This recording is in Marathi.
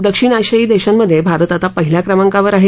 दक्षिण आशियाई देशांमध्ये भारत आता पहिल्या क्रमांकावर आहे